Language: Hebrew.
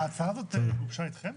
ההצעה גובשה על ידכם?